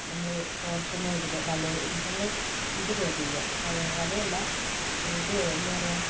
നമ്മൾ കോർക്കുന്ന ഇതിൽ വല നമ്മൾ ഇതിടാ ചെയ്യുക അത് വലയല്ല ഇത് എന്താ പറയുക